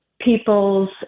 people's